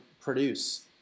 produce